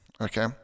okay